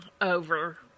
over